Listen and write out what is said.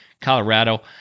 Colorado